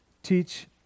Teach